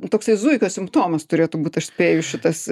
toksai zuikio simptomas turėtų būt aš spėju šitas